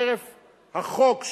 חרף החוק,